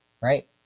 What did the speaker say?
Right